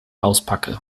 auspacke